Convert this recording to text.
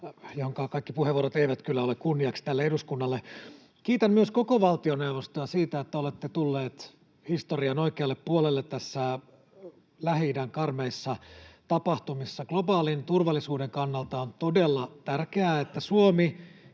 jonka kaikki puheenvuorot eivät täällä minusta kyllä ole kunniaksi tälle eduskunnalle. Kiitän myös koko valtioneuvostoa siitä, että olette tulleet historian oikealle puolelle Lähi-idän karmeissa tapahtumissa. Globaalin turvallisuuden kannalta on todella tärkeää, että Suomi